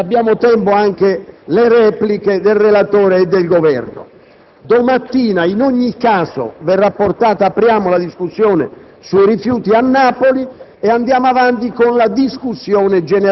portiamo avanti e concludiamo la discussione generale, se abbiamo tempo anche le repliche del relatore e del Governo. Domani mattina, in ogni caso, verrà aperta la discussione